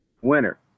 winner